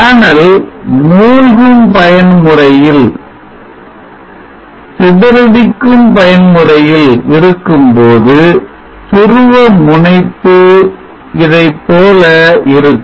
panel மூழ்கும் பயன்முறையில் சிதறடிக்கும் பயன்முறையில் இருக்கும்போது துருவ முனைப்பு இதைப்போல இருக்கும்